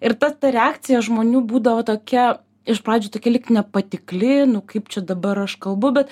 ir ta ta reakcija žmonių būdavo tokia iš pradžių tokia lyg nepatikli nu kaip čia dabar aš kalbu bet